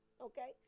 Okay